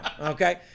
Okay